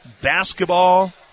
Basketball